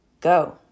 go